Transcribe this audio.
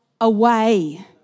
away